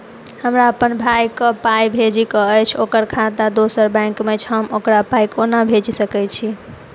हमरा अप्पन भाई कऽ पाई भेजि कऽ अछि, ओकर खाता दोसर बैंक मे अछि, हम ओकरा पाई कोना भेजि सकय छी?